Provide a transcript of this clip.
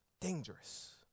dangerous